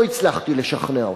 לא הצלחתי לשכנע אותם.